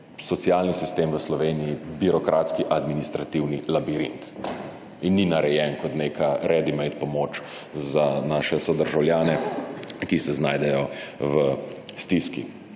socialni sistem v Sloveniji birokratski administrativni labirint in ni narejen kot neka »ready made« pomoč za naše sodržavljane, ki se znajdejo v stiski.